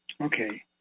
Okay